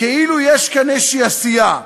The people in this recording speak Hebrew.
כאילו יש כאן איזושהי עשייה,